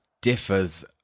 differs